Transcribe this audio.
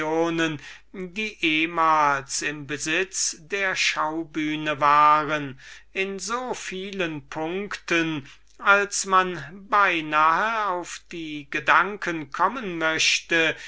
und staats aktionen im alten gothischen geschmack in so vielen punkten daß man beinahe auf die gedanken kommen möchte